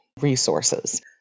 resources